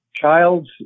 child's